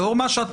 לאור מה שאמרת,